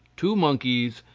two monkeys,